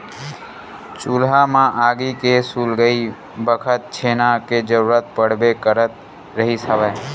चूल्हा म आगी के सुलगई बखत छेना के जरुरत पड़बे करत रिहिस हवय